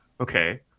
Okay